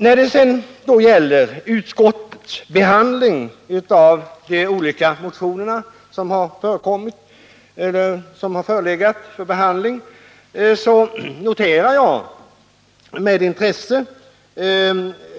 När det sedan gäller utskottets behandling av de olika motioner som väckts